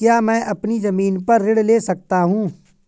क्या मैं अपनी ज़मीन पर ऋण ले सकता हूँ?